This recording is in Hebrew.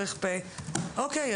אוקיי.